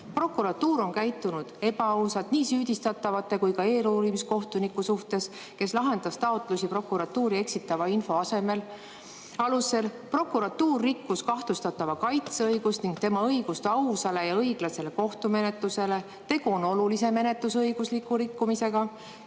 prokuratuur on käitunud ebaausalt nii süüdistatavate kui ka eeluurimiskohtuniku suhtes, kes lahendas taotlusi prokuratuuri eksitava info alusel. Prokuratuur rikkus kahtlustatava kaitseõigust ning tema õigust ausale ja õiglasele kohtumenetlusele. Tegu on olulise menetlusõiguse rikkumisega